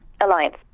alliance